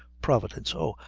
providence! oh,